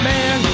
Man